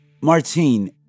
Martine